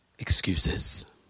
Excuses